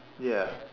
ya